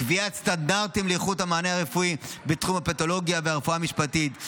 קביעת סטנדרטים לאיכות המענה הרפואי בתחום הפתולוגיה והרפואה המשפטית,